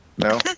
No